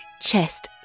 chest